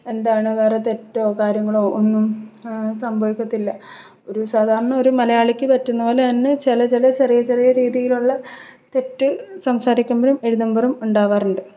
എന്താണ് വേറെ തെറ്റോ കാര്യങ്ങളോ ഒന്നും സംഭവിക്കത്തില്ല ഒരു സാധാരണ ഒരു മലയാളിക്ക് പറ്റുന്നപോലെ തന്നെ ചില ചില ചെറിയ ചെറിയ രീതിയിലുള്ള തെറ്റ് സംസാരിക്കുമ്പോഴും എഴുതുമ്പോഴും ഉണ്ടാവാറുണ്ട്